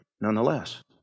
nonetheless